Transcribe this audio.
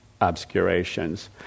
obscurations